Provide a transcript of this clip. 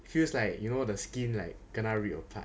feels like you know the skin kena rip apart